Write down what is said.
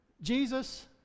Jesus